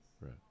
Right